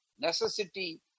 necessity